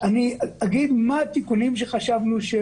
אני אגיד מה התיקונים שעליהם חשבנו.